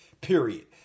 period